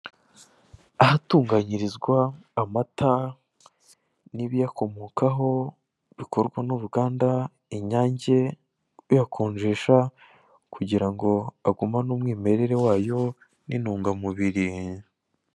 Ahatunganyirizwa amata n'ibiyakomokaho bikorwa n'uruganda inyange, ruyakonjesha kugira ngo agumane umwimerere wayo n'intugamubiri.